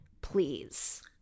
please